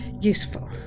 useful